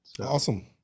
awesome